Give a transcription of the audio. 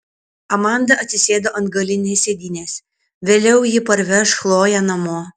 amanda atsisėdo ant galinės sėdynės vėliau ji parveš chloję namo